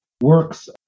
Works